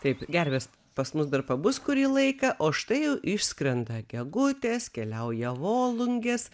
taip gervės pas mus dar pabus kurį laiką o štai jau išskrenda gegutės keliauja volungės